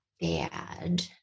bad